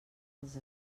dels